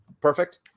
Perfect